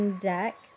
deck